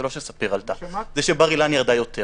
זה לא שספיר עלתה, זה שבר אילן ירדה יותר.